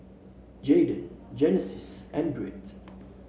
Jadon Genesis and Britt